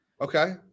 Okay